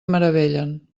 meravellen